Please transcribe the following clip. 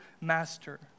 master